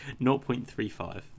0.35